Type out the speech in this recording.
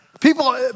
People